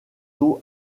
tôt